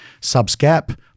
subscap